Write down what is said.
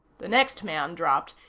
the next man dropped,